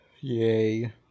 Yay